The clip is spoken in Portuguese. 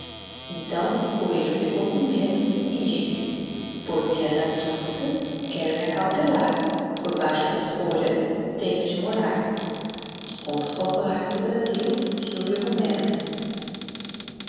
então o coelho ficou com medo e disse por via das duvidas quero me acautelar por baixo das folhas tenho de morar contos populares do brasil sylvio romero